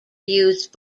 used